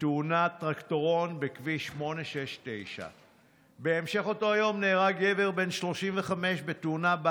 בתאונת טרקטורון בכביש 869. בהמשך אותו היום נהרג גבר בן 35 בתאונה שבה